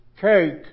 cake